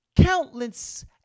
countless